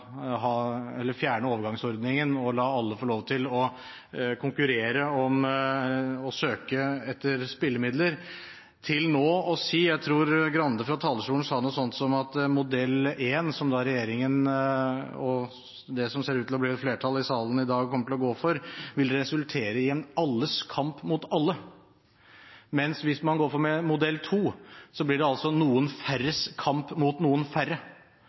fjerne overgangsordningen og la alle få lov til å konkurrere om å søke om spillemidler, til nå å si – jeg tror Grande fra talerstolen sa noe sånt – at modell 1, som regjeringen og det som ser ut til å bli et flertall i salen i dag, kommer til å gå for, ville resultere i alles kamp mot alle, mens hvis man går for modell 2, blir det noen fås kamp mot noen færre,